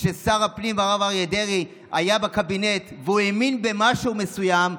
כששר הפנים והרב אריה דרעי היה בקבינט והוא האמין במשהו מסוים,